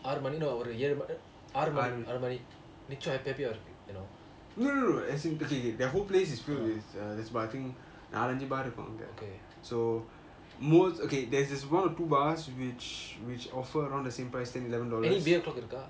ஆறு மானின ஒரு ஏழு மணி ஆறு மணி ஆறு மணி மிச்சம்:aaru manina oru ezhu mani aaru mani aaru mani micham happy hour(uh) okay any beer clock இருக்க:iruka